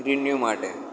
renew માટે